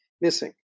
missing